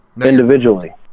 individually